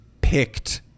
picked